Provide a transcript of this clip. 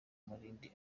umurindi